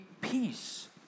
peace